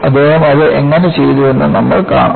അദ്ദേഹം അത് എങ്ങനെ ചെയ്തുവെന്ന് നമ്മൾ കാണും